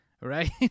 right